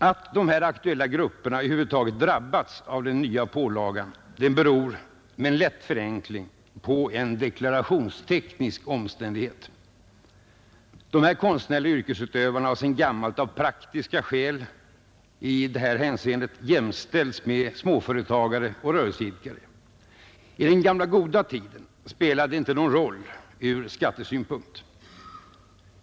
Att de aktuella grupperna över huvud taget drabbats av denna nya pålaga beror — med en lätt förenkling — på en deklarationsteknisk omständighet. Dessa konstnärliga yrkesutövare har sedan gammalt av praktiska skäl i det här hänseendet jämställts med småföretagare och rörelseidkare. I den gamla goda tiden spelade detta inte någon roll ur skattesynpunkt.